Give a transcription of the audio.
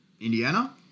Indiana